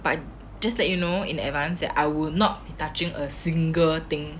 but just let you know in advance that I will not be touching a single thing